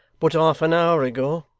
but half an hour ago